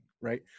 Right